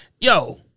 yo